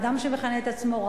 האדם שמכנה את עצמו רב,